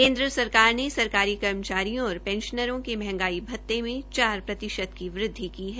केन्द्र सरकार ने सरकारी कर्मचारियों और पंशनरों के मंहगाई भत्ते में चार प्रतिशत की वृदवि की है